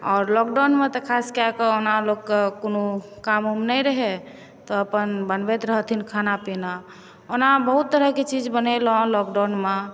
आओर लॉकडाउनमे तऽ खासकें ओना लोककेॅं कोनो काम उम नहि रहै तऽ अपन बनबैत रहथिन खाना पीना ओना बहुत तरहके चीज़ बनेलहुँ लॉकडाउनमे